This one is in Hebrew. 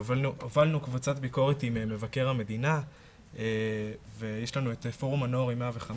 הובלנו קבוצת ביקורת עם מבקר המדינה ויש לנו את פורום הנוער מ- 105,